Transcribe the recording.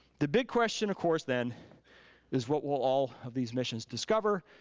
the big question of course, then is what will all of these missions discover,